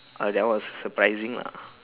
ah that one was surprising lah